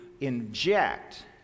inject